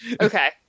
Okay